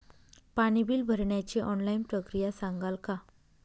पाणी बिल भरण्याची ऑनलाईन प्रक्रिया सांगाल का?